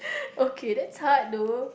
okay that's hard though